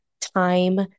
time